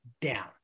down